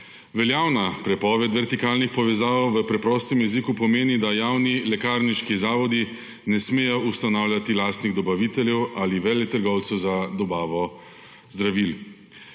Veljavna prepoved vertikalnih povezav v preprostem jeziku pomeni, da javni lekarniški zavodi ne smejo ustanavljati lastnih dobaviteljev ali veletrgovcev za dobavo zdravil.